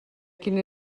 quin